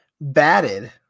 batted